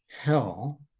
hell